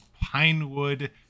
Pinewood